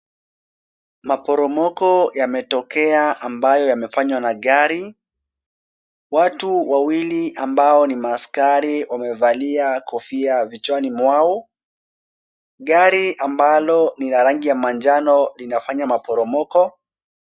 Maporomoko yametokea ambayo yamefanya magari. Watu wawili ambao ni askari wamevalia kofia vichwani mwao. Gari ambalo ni la rangi ya manjano linfanya maporomoko.